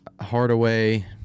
Hardaway